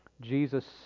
Jesus